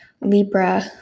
Libra